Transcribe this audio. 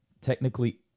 technically